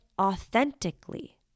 authentically